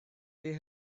they